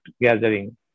gathering